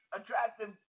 attractive